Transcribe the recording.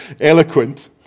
eloquent